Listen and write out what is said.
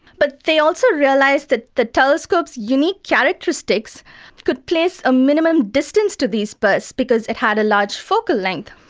but they also realised that the telescope's unique characteristics could place a minimum distance to these bursts because it had a large focal length.